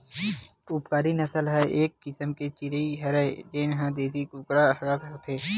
उपकारी नसल ह एक किसम के चिरई हरय जेन ह देसी कुकरा कस होथे